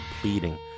pleading